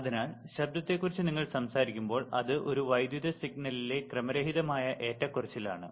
അതിനാൽ ശബ്ദത്തെക്കുറിച്ച് നിങ്ങൾ സംസാരിക്കുമ്പോൾ അത് ഒരു വൈദ്യുത സിഗ്നലിലെ ക്രമരഹിതമായ ഏറ്റക്കുറച്ചിലാണ്